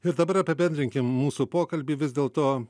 ir dabar apibendrinkim mūsų pokalbį vis dėlto